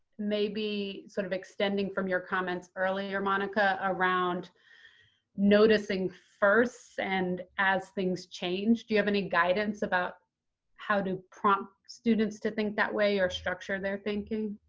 maybe sort of extending from your comments earlier, monica, around noticing first and as things change, do you have any guidance about how to prompt students to think that way or structure their thinking?